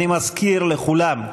אני מזכיר לכולם: